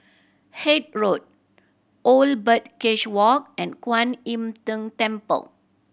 Haig Road Old Birdcage Walk and Kuan Im Tng Temple